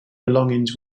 belongings